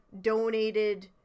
donated